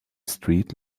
street